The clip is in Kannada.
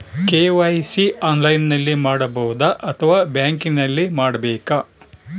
ಕೆ.ವೈ.ಸಿ ಆನ್ಲೈನಲ್ಲಿ ಮಾಡಬಹುದಾ ಅಥವಾ ಬ್ಯಾಂಕಿನಲ್ಲಿ ಮಾಡ್ಬೇಕಾ?